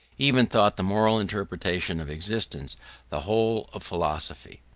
even thought the moral interpretation of existence the whole of philosophy.